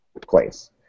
place